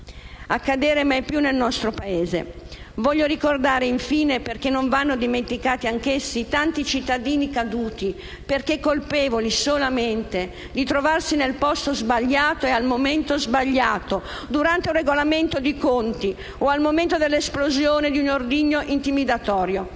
accadere mai più nel nostro Paese. Infine, voglio ricordare - anche loro non vanno dimenticati - i tanti cittadini caduti perché colpevoli solamente di trovarsi nel posto sbagliato al momento sbagliato, durante un regolamento di conti o al momento dell'esplosione di un ordigno intimidatorio.